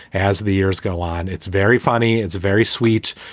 as the years go on, it's very funny. it's a very sweet,